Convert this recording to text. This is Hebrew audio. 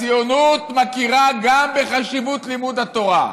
הציונות מכירה גם בחשיבות לימוד התורה,